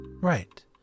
Right